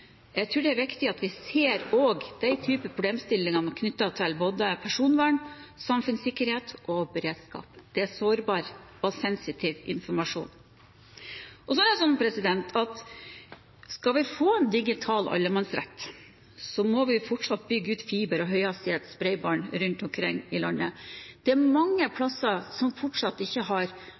Jeg tror det er viktig at vi også ser den typen problemstillinger knyttet til både personvern, samfunnssikkerhet og beredskap. Det er sårbar og sensitiv informasjon. Skal vi få en digital allemannsrett, må vi fortsatt bygge ut fiber og høyhastighetsbredbånd rundt omkring i landet. Det er mange plasser som fortsatt ikke har